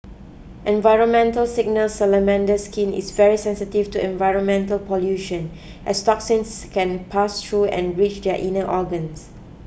environmental signals Salamander skin is very sensitive to environmental pollution as toxins can pass through and reach their inner organs